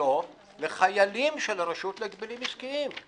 כולו לחיילים של הרשות להגבלים עסקיים.